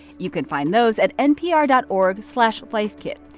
you can find those at npr dot org slash lifekit.